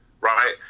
right